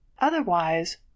Otherwise